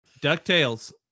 Ducktales